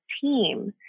team